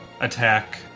attack